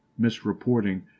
misreporting